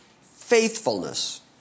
faithfulness